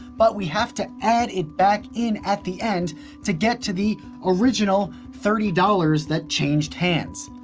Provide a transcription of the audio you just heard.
but we have to add it back in at the end to get to the original thirty dollars that changed hands.